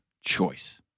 choice